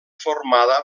formada